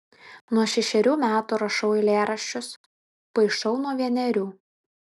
nuo šešerių metų rašau eilėraščius paišau nuo vienerių